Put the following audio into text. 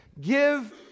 give